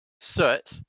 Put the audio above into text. Soot